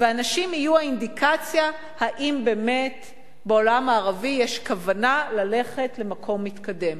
הנשים יהיו האינדיקציה אם באמת בעולם הערבי יש כוונה ללכת למקום מתקדם.